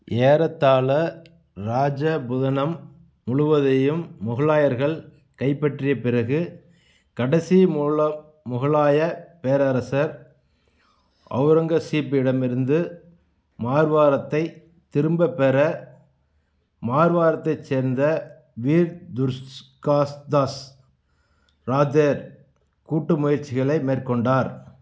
ஏறத்தால இராஜபுதனம் முழுவதையும் முகலாயர்கள் கைப்பற்றிய பிறகு கடைசி முகலாய பேரரசர் ஔரங்கசீப்பிடமிருந்து மார்வாரத்தை திரும்பப் பெற மார்வாரத்தைச் சேர்ந்த வீர் துர்காஸ்தாஸ் ராஜ கூட்டு முயற்சிகளை மேற்கொண்டார்